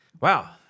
wow